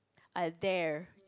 I dare